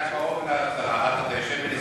קרוב להצעה,